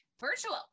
virtual